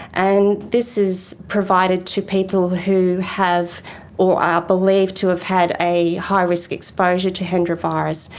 and this is provided to people who have or are believed to have had a high risk exposure to hendra virus.